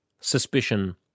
suspicion